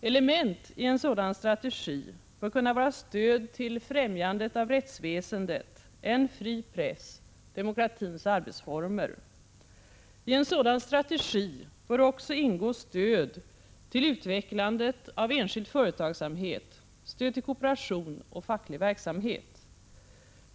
Element i en sådan strategi bör kunna vara stöd till fftämjandet av rättsväsendet, en fri press, demokratins arbetsformer. I en sådan strategi bör också ingå stöd till utvecklandet av enskild företagsamhet, stöd till kooperation och facklig verksamhet.